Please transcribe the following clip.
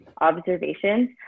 observations